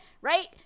right